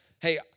hey